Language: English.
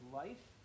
life